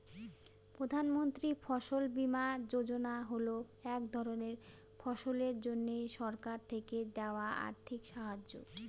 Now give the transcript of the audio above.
প্রধান মন্ত্রী ফসল বীমা যোজনা হল এক ধরনের ফসলের জন্যে সরকার থেকে দেওয়া আর্থিক সাহায্য